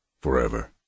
forever